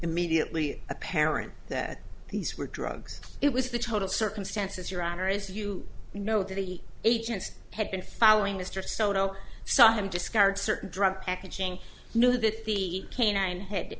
immediately apparent that these were drugs it was the total circumstances your honor is you know the agents had been following mr soto saw him discard certain drug packaging knew that the canine had